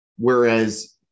Whereas